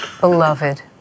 beloved